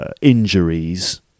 injuries